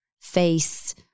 face